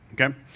okay